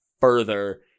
further